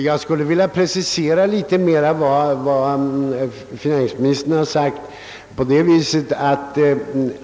Jag skulle litet närmare vilja precicera vad finansministern sagt.